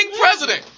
president